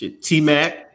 T-Mac